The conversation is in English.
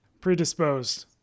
predisposed